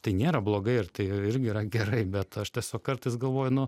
tai nėra blogai ir tai irgi yra gerai bet aš tiesiog kartais galvoju nu